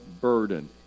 burden